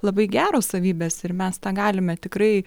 labai geros savybės ir mes tą galime tikrai